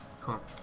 cool